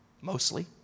mostly